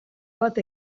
bat